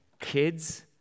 kids